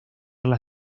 las